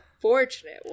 fortunate